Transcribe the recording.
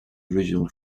original